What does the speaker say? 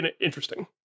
interesting